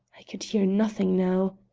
i could hear nothing now.